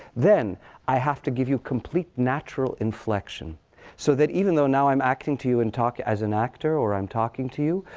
then i have to give you complete natural inflection so that, even though now i'm acting to you and as an actor or i'm talking to you,